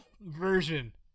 version